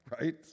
right